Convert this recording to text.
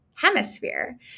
hemisphere